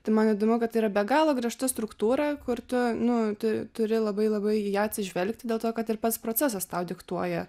tai man įdomu kad tai yra be galo griežta struktūra kur tu nuo tu turi labai labai ją atsižvelgti dėl to kad ir pats procesas tau diktuoja